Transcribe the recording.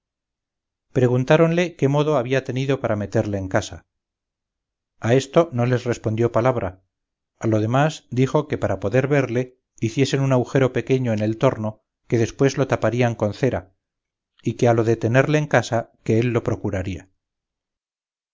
menester preguntáronle qué modo había tenido para meterle en casa a esto no les respondió palabra a lo demás dijo que para poderle ver hiciesen un agujero pequeño en el torno que después lo taparían con cera y que a lo de tenerle en casa que él lo procuraría